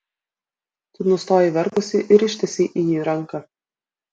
tu nustojai verkusi ir ištiesei į jį ranką